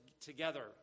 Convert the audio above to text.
together